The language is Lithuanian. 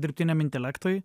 dirbtiniam intelektui